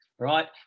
Right